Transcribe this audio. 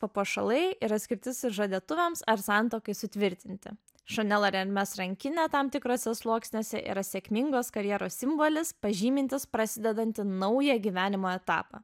papuošalai yra skirti sužadėtuvėms ar santuokai sutvirtinti chanel ar ermes rankinė tam tikruose sluoksniuose yra sėkmingos karjeros simbolis pažymintis prasidedantį naują gyvenimo etapą